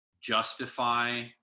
justify